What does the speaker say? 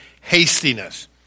hastiness